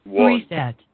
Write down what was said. Reset